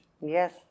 Yes